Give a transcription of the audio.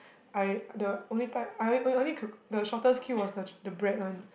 I the only time I only only queue the shortest queue was the ch~ was the bread one